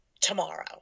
tomorrow